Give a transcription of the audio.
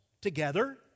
together